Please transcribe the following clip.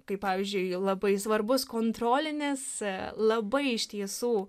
kai pavyzdžiui labai svarbus kontrolinis labai iš tiesų